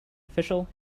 official